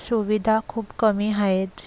सुविधा खूप कमी आहेत